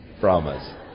promise